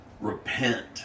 repent